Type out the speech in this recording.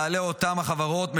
בעלי אותן החברות,